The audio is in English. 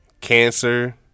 Cancer